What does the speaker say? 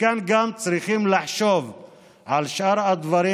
מכאן גם צריכים לחשוב על שאר הדברים